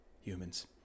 humans